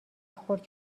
خورد